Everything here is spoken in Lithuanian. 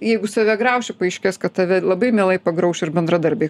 jeigu save grauši paaiškės kad tave labai mielai pagrauš ir bendradarbiai